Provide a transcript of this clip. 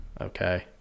okay